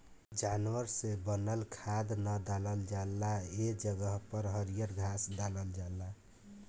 जानवर से बनल खाद के ना डालल जाला ए जगह पर हरियर घास डलाला